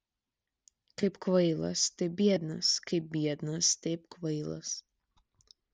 kaip kvailas taip biednas kaip biednas taip kvailas